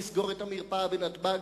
לסגור את המרפאה בנתב"ג,